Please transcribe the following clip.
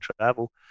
travel